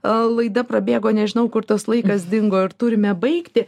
laida prabėgo nežinau kur tas laikas dingo ir turime baigti